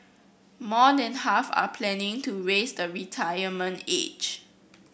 more than half are planning to raise the retirement age